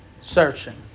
searching